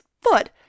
foot